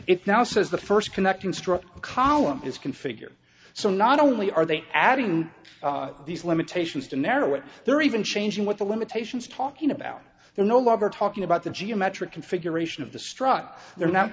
it's now says the first connecting struck column is configured so not only are they adding these limitations to narrow it they're even changing what the limitations talking about they're no longer talking about the geometric configuration of the struck they're not